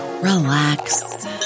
relax